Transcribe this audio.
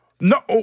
No